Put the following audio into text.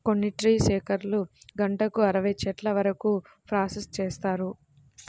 కొన్ని ట్రీ షేకర్లు గంటకు అరవై చెట్ల వరకు ప్రాసెస్ చేస్తాయి